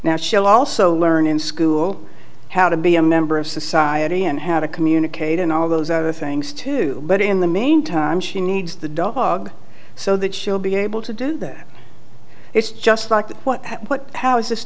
now she'll also learn in school how to be a member of society and how to communicate and all those other things too but in the main time she needs the dog so that she'll be able to do that it's just like that what what how is this